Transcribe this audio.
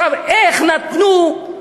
איך נתנו,